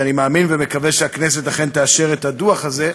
ואני מאמין ומקווה שהכנסת אכן תאשר את הדוח הזה,